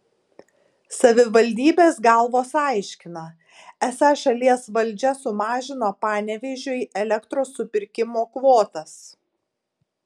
savivaldybės galvos aiškina esą šalies valdžia sumažino panevėžiui elektros supirkimo kvotas